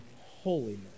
holiness